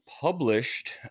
published